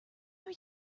are